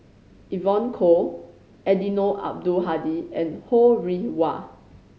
Evon Kow Eddino Abdul Hadi and Ho Rih Hwa